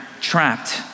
trapped